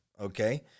okay